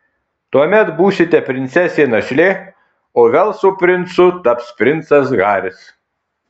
tuomet būsite princesė našlė o velso princu taps princas haris